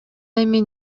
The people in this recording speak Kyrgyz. эми